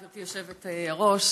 גברתי היושבת-ראש,